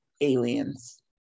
aliens